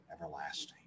everlasting